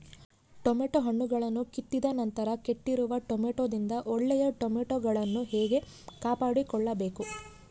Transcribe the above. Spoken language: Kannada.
ಟೊಮೆಟೊ ಹಣ್ಣುಗಳನ್ನು ಕಿತ್ತಿದ ನಂತರ ಕೆಟ್ಟಿರುವ ಟೊಮೆಟೊದಿಂದ ಒಳ್ಳೆಯ ಟೊಮೆಟೊಗಳನ್ನು ಹೇಗೆ ಕಾಪಾಡಿಕೊಳ್ಳಬೇಕು?